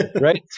right